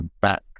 back